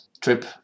trip